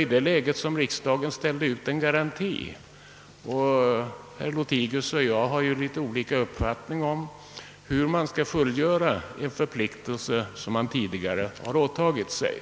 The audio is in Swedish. I det läget ställde riksdagen ut en garanti, men herr Lothigius och jag har kanske litet olika uppfattningar om hur man skall fullgöra en förpliktelse som man tidigare har åtagit sig.